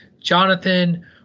Jonathan